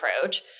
approach